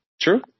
true